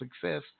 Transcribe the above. success